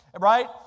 right